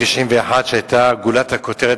מ-1991, שהיתה למעשה גולת הכותרת